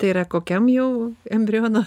tai yra kokiam jau embriono